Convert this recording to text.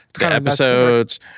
episodes